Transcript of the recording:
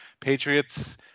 Patriots